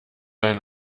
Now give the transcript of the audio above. ein